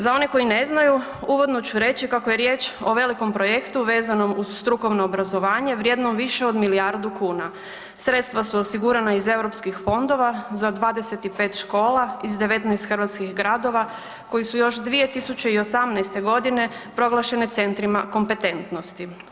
Za one koji ne znaju, uvodno ću reći kako je riječ o velikom projektu vezanom za strukovno obrazovanje vrijednom više od milijardu kuna, sredstva su osigurana iz europskih fondova za 25 škola iz 19 hrvatskih gradova koji su još 2018. godine proglašene centrima kompetentnosti.